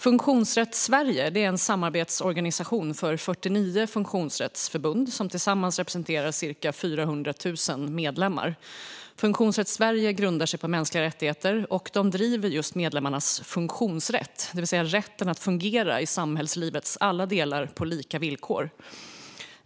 Funktionsrätt Sverige är en samarbetsorganisation för 49 funktionsrättsförbund som tillsammans representerar cirka 400 000 medlemmar. Funktionsrätt Sverige grundar sig på mänskliga rättigheter, och de driver just medlemmarnas funktionsrätt, det vill säga rätten att fungera i samhällslivets alla delar på lika villkor.